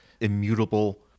immutable